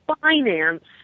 finance